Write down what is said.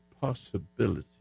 possibility